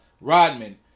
Rodman